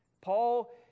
Paul